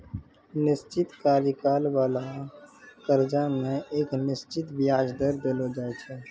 निश्चित कार्यकाल बाला कर्जा मे एक निश्चित बियाज दर देलो जाय छै